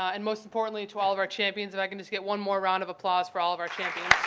and most importantly to all of our champions. if i can just get one more round of applause for all of our champions.